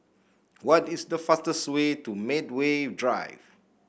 what is the fastest way to Medway Drive